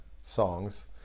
Songs